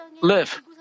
live